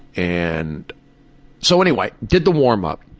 and so anyway, did the warm-up.